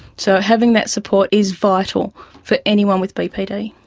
so having that support is vital for anyone with bpd.